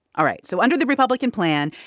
all right. so under the republican plan,